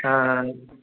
ஆ ஆ